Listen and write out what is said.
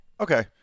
Okay